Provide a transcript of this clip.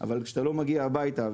אבל כשאתה לא מגיע הביתה,